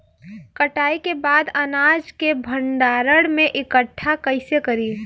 कटाई के बाद अनाज के भंडारण में इकठ्ठा कइसे करी?